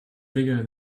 bigger